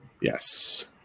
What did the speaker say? Yes